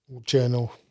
journal